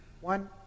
One